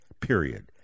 period